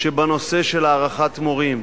שבנושא של הערכת מורים.